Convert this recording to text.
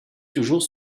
toujours